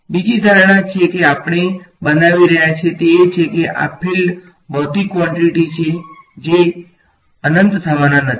બીજી ધારણા જે આપણે બનાવી રહ્યા છીએ તે એ છે કે આ ફીલ્ડ ભૌતિક કવોંટીટી છે જે અનંત થવાના નથી